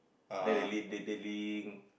then delay they delaying